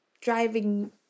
driving